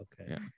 okay